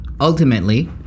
ultimately